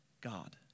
God